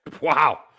wow